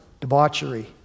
debauchery